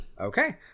okay